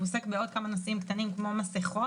הוא עוסק בעוד כמה נושאים קטנים כמו מסכות